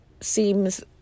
seems